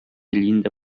llinda